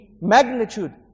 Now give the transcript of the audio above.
magnitude